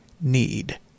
need